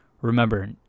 Remember